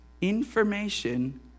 Information